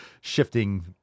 shifting